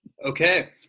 Okay